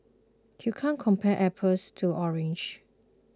you can't compare apples to oranges